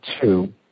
two